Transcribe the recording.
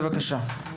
בבקשה.